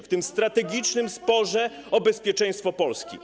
w tym strategicznym sporze o bezpieczeństwo Polski.